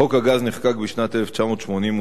חוק הגז נחקק בשנת 1989,